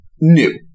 new